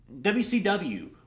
WCW